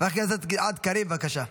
חבר הכנסת גלעד קריב, בבקשה.